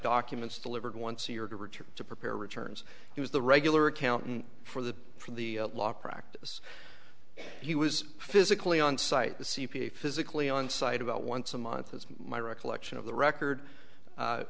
documents delivered once a year to return to prepare returns he was the regular accountant for the for the law practice he was physically on site the c p a physically on site about once a month as my recollection of the record